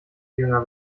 jünger